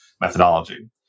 methodology